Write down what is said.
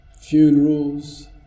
funerals